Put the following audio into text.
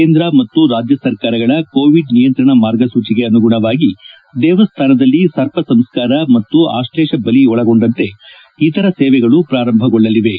ಕೇಂದ್ರ ಮತ್ತು ರಾಜ್ಯ ಸರಕಾರಗಳ ಕೋವಿಡ್ ನಿಯಂತ್ರಣ ಮಾರ್ಗಸೂಚಿಗೆ ಅನುಗುಣವಾಗಿದೇವಸ್ಥಾನದಲ್ಲಿ ಸರ್ಪಸಂಸ್ಥಾರ ಮತ್ತು ಆಕ್ಷೇಷ ಬಲ ಒಳಗೊಂಡಂತೆ ಇತರ ಸೇವೆಗಳು ಪ್ರಾರಂಭಗೊಳ್ಲಲಿವೆ